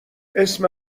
اسم